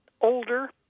older